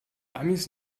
amis